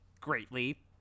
greatly